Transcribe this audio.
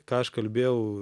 ką aš kalbėjau